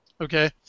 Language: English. Okay